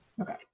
Okay